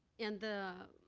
and the